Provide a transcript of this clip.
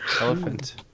Elephant